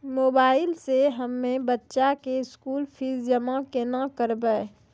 Mobile से हम्मय बच्चा के स्कूल फीस जमा केना करबै?